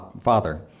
father